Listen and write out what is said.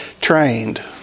trained